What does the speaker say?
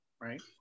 right